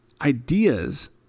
Ideas